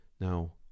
Now